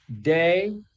day